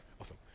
awesome